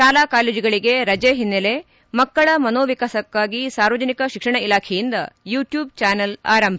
ಶಾಲಾ ಕಾಲೇಜುಗಳಿಗೆ ರಜೆ ಹಿನ್ನೆಲೆ ಮಕ್ಕಳ ಮನೋವಿಕಾಸಕ್ಕಾಗಿ ಸಾರ್ವಜನಿಕ ಶಿಕ್ಷಣ ಇಲಾಖೆಯಿಂದ ಯುಟ್ಯೂಬ್ ಚಾನಲ್ ಆರಂಭ